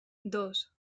dos